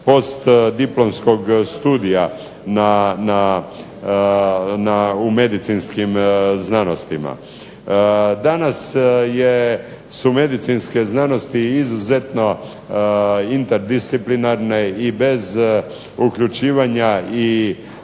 postdiplomskog studija u medicinskih znanostima. Danas su medicinske znanosti izuzetno interdisciplinarne i bez uključivanja i